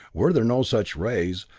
were there no such rays,